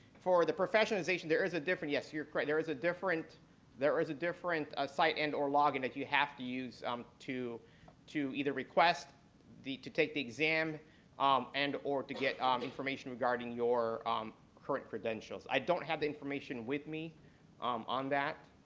for the professionalization there is a different, yes, you're correct, there is a different there is a different ah site and or logon that you have to use um to to either request to take the exam um and or to get um information regarding your current credentials. i don't have that information with me um on that,